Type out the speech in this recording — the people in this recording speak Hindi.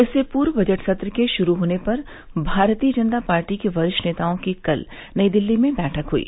इससे पूर्व बजट सत्र के शुरू होने पर भारतीय जनता पार्टी के वरिष्ठ नेताओं की कल नई दिल्ली में बैठक हई